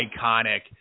iconic